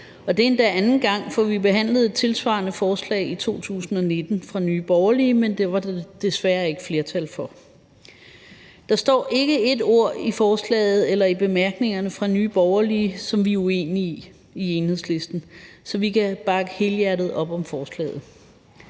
det er endda anden gang, for vi behandlede et tilsvarende forslag i 2019 fra Nye Borgerlige, men det var der desværre ikke flertal for. Der står ikke et ord i forslaget eller i bemærkningerne fra Nye Borgerlige, som vi er uenige i i Enhedslisten. Så vi kan bakke helhjertet op om forslaget.